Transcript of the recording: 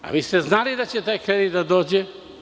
A vi ste znali da će taj kredit da dođe.